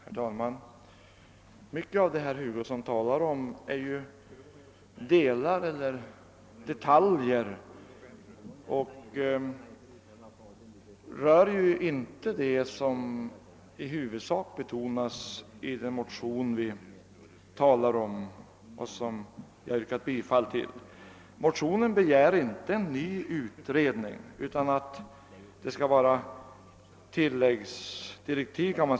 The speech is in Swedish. Herr talman! Mycket av det herr Hugosson talade om är detaljer och berör inte vad som i huvudsak betonas i den ifrågavarande motionen, som jag yrkat bifall till. I motionen begärs inte en ny utredning. Man kan säga att det gäller tillläggsdirektiv.